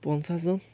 পঞ্চাছজন